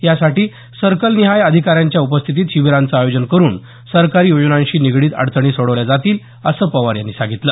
यासाठी सर्कल निहाय अधिकाऱ्यांच्या उपस्थितीत शिबीराचं आयोजन करून सरकारी योजनांशी निगडित अडचणी सोडवल्या जातील असं पवार यांनी सांगितलं